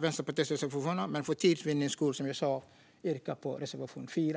Vänsterpartiets reservationer, men för tids vinnande yrkar jag, som jag sa, bifall endast till reservation 4.